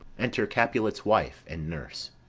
enter capulet's wife, and nurse.